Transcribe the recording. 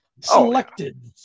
selected